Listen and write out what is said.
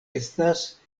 estas